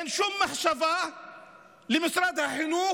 אין שום מחשבה למשרד החינוך,